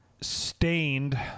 Stained